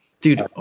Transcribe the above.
Dude